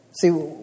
See